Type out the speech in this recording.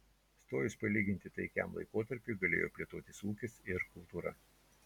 stojus palyginti taikiam laikotarpiui galėjo plėtotis ūkis ir kultūra